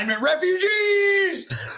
refugees